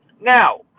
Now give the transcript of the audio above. Now